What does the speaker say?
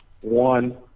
one